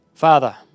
Father